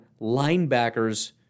linebackers